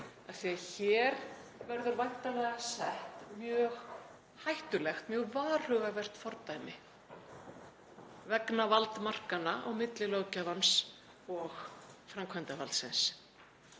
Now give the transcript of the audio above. Hér verður væntanlega sett mjög hættulegt og mjög varhugavert fordæmi vegna valdmarkanna á milli löggjafans og framkvæmdarvaldsins